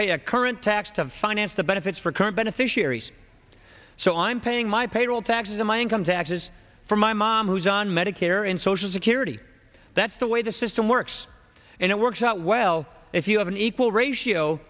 pay a current tax to finance the benefits for current beneficiaries so i'm paying my payroll taxes on my income taxes for my mom who's on medicare and social security that's the way the system works and it works out well if you have an equal ratio